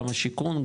גם השיכון,